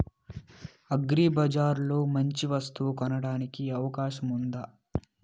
అగ్రిబజార్ లో మంచి వస్తువు కొనడానికి అవకాశం వుందా?